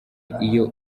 iyo